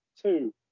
two